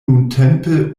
nuntempe